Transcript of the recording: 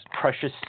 precious